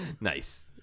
Nice